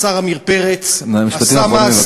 השר עמיר פרץ, משפטים אחרונים, בבקשה.